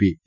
P T